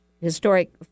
Historic